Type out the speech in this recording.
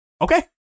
okay